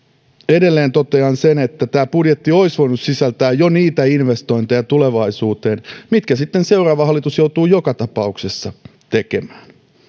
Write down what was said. edelleen totean sen että jo tämä budjetti olisi voinut sisältää niitä investointeja tulevaisuuteen mitkä sitten seuraava hallitus joutuu joka tapauksessa tekemään